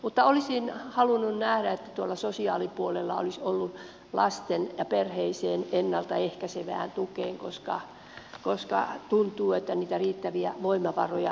mutta olisin halunnut nähdä että tuolla sosiaalipuolella olisi ollut lasten ja perheiden ennalta ehkäisevään tukeen koska tuntuu että niitä riittäviä voimavaroja tähän ei löydy